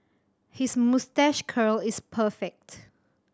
his moustache curl is perfect